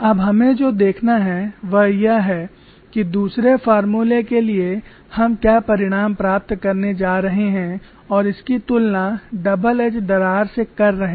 अब हमें जो देखना है वह यह है कि दूसरे फॉर्मूले के लिए हम क्या परिणाम प्राप्त करने जा रहे हैं और इसकी तुलना डबल एज दरार से कर रहे हैं